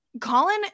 Colin